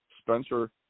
Spencer